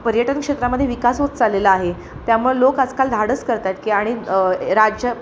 पर्यटनक्षेत्रामध्ये विकास होत चाललेला आहे त्यामुळे लोक आजकाल धाडस करत आहेत की आणि राज्य